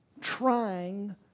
trying